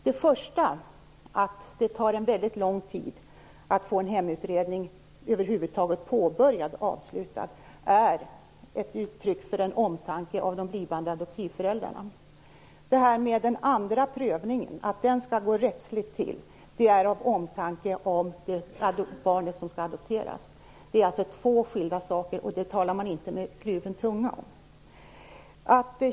Det första, dvs. att det tar väldigt lång tid att över huvud taget få en hemutredning påbörjad och avslutad, är ett uttryck för en omtanke om de blivande adoptivföräldrarna. Detta med att den andra prövningen skall gå rättsligt till är av omtanke om barnet som skall adopteras. Det är alltså två skilda saker, och det talar man inte om med kluven tunga.